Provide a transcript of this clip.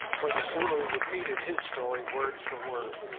where the zulu repeated his story word for word.